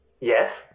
Yes